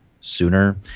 sooner